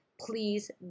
please